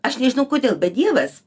aš nežinau kodėl bet dievas